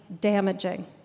damaging